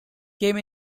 came